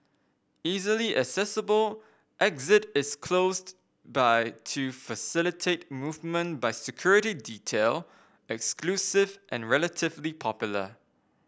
easily accessible exit is closed by to facilitate movement by security detail exclusive and relatively popular